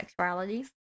sexualities